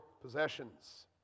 possessions